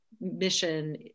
mission